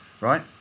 Right